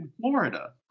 Florida